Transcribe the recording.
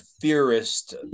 theorist